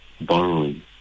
borrowing